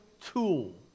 tool